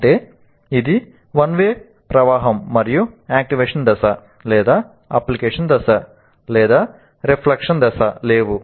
అంటే ఇది one way ప్రవాహం మరియు యాక్టివేషన్ దశ అప్లికేషన్ దశ రిఫ్లెక్షన్ దశ లేవు